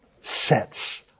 sets